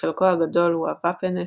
כשחלקו הגדול הוא הוואפן אס־אס,